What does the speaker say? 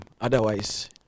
Otherwise